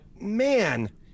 man